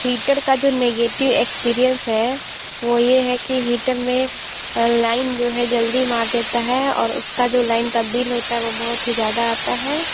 heater का जो negative experience है वो ये है कि हीटर में लाइन जो है जल्दी मार देता है और उस का जो लाइन का बिल होता है वो बहुत ही ज़्यादा आता है